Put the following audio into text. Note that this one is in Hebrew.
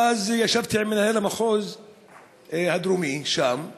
ואז ישבתי עם מנהל המחוז הדרומי, שם,